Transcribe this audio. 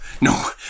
no